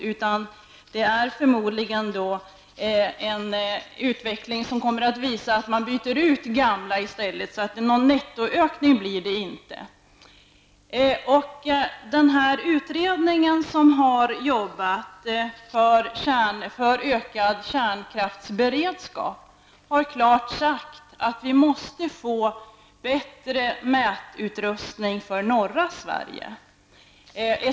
Utvecklingen kommer förmodligen att bli sådan att man byter ut gamla i stället, så någon nettoökning blir det inte. Den utredning som har arbetat för ökad kärnkraftsberedskap har klart sagt att vi måste få bättre mätutrustning för norra Sverige.